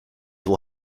will